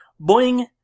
boing